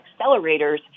accelerators